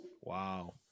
Wow